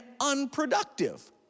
unproductive